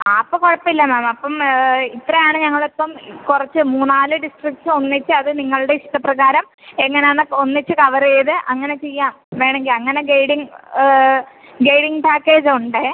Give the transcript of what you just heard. ആ അപ്പോൾ കുഴപ്പമില്ല മാം അപ്പം ഇത്രയാണ് ഞങ്ങളിപ്പം കുറച്ച് മൂന്നാല് ഡിസ്ട്രിക്ട് ഒന്നിച്ച് അത് നിങ്ങളുടെ ഇഷ്ടപ്രകാരം എങ്ങനെയാണ് എന്ന് ഒന്നിച്ച് കവർ ചെയ്ത് അങ്ങനെ ചെയ്യാൻ വേണമെങ്കിൽ അങ്ങനെ ഗൈഡിംഗ് ഗൈഡിംഗ് പാക്കേജ് ഉണ്ട്